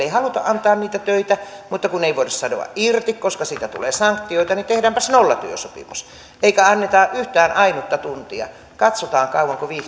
ei haluta antaa niitä töitä mutta kun ei voida sanoa irti koska siitä tulee sanktioita niin tehdäänpäs nollatyösopimus eikä anneta yhtään ainutta tuntia katsotaan kauanko